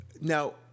now